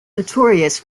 notorious